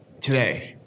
today